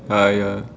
ah ya